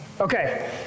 Okay